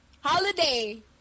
Holiday